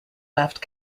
left